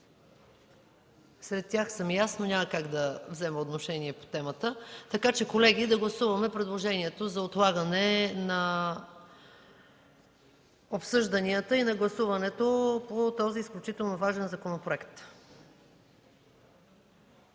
Сред тях съм и аз, но няма как да взема отношение по темата. Колеги, да гласуваме предложението за отлагане на обсъжданията и гласуването по този изключително важен законопроект.